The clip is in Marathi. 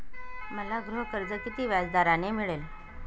मला गृहकर्ज किती व्याजदराने मिळेल?